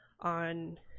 on